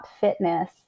fitness